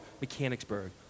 Mechanicsburg